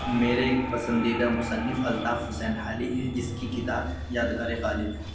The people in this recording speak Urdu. میرے ایک پسندیدہ مصنف الطاف حسین حالی ہیں جس کی کتاب یادگار غالب ہے